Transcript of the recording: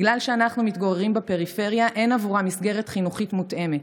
בגלל שאנחנו מתגוררים בפריפריה אין עבורה מסגרת חינוכית מותאמת.